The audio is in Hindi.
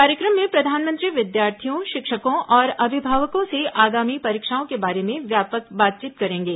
कार्यक्रम में प्रधानमंत्री विद्यार्थियों शिक्षकों और अभिभावकों से आगामी परीक्षाओं के बारे में व्यापक बातचीत करेंगे